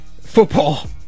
football